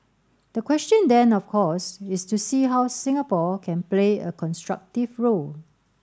the question then of course is to see how Singapore can play a constructive role